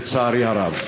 לצערי הרב.